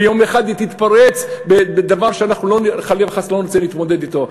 ויום אחד היא תתפרץ בדבר שאנחנו חלילה וחס לא נרצה להתמודד אתו.